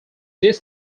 this